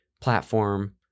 platform